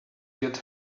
get